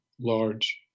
large